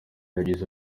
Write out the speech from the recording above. yagize